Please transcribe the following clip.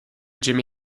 jimi